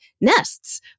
nests